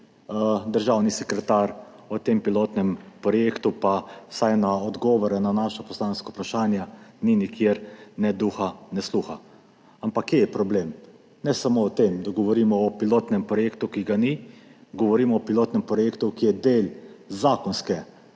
državni sekretar, o tem pilotnem projektu pa vsaj na odgovore na naša poslanska vprašanja ni nikjer ne duha ne sluha. Ampak kje je problem? Ne samo v tem, da govorimo o pilotnem projektu, ki ga ni, govorimo o pilotnem projektu, ki je del zakonske